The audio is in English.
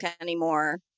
anymore